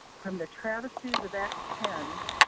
from the travesties of act ten,